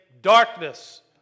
darkness